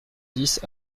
dix